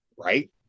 right